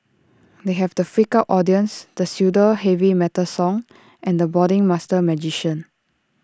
they have the freaked out audience the pseudo heavy metal song and the brooding master magician